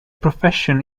profession